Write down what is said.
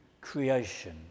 creation